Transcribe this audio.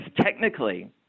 technically